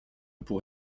pour